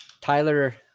Tyler